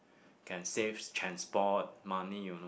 can save transport money